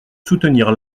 soutenir